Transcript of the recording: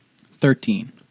thirteen